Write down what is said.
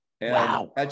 Wow